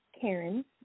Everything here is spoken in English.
Karen